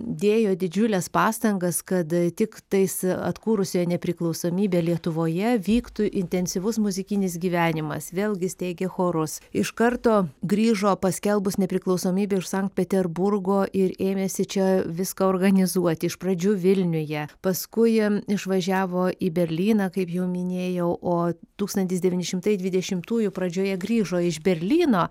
dėjo didžiules pastangas kad tiktais atkūrusioje nepriklausomybę lietuvoje vyktų intensyvus muzikinis gyvenimas vėlgi steigė chorus iš karto grįžo paskelbus nepriklausomybę iš sankt peterburgo ir ėmėsi čia viską organizuoti iš pradžių vilniuje paskui išvažiavo į berlyną kaip jau minėjau o tūkstantis devyni šimtai dvidešimtųjų pradžioje grįžo iš berlyno